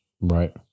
right